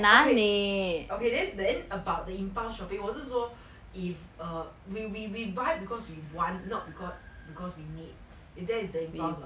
okay okay then then about the impulse shopping 我是说 if err we we we buy because we want not because because we need that is the impulse [what]